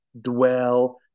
dwell